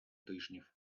тижнів